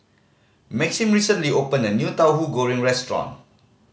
Maxim recently opened a new Tauhu Goreng restaurant